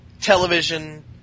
television